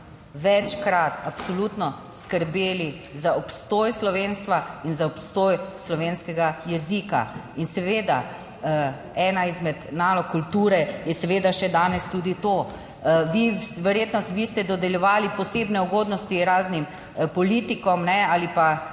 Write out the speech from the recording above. večkrat absolutno skrbeli za obstoj slovenstva in za obstoj slovenskega jezika. In seveda ena izmed nalog kulture je seveda še danes tudi to. Vi ste dodeljevali posebne ugodnosti raznim politikom ali pa